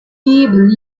believed